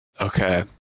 Okay